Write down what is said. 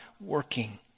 working